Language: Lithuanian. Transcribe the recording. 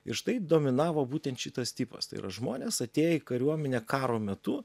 ir štai dominavo būtent šitas tipas tai yra žmonės atėję į kariuominę karo metu